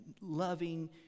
loving